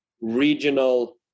regional